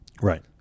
right